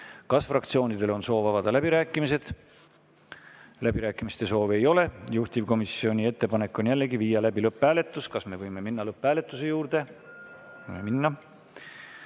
Kas fraktsioonidel on soovi avada läbirääkimised? Läbirääkimiste soovi ei ole. Juhtivkomisjoni ettepanek on viia läbi lõpphääletus. Kas me võime minna lõpphääletuse juurde? Võime minna. Head